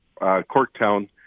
Corktown